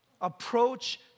approach